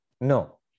No